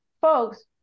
folks